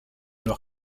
leur